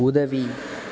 உதவி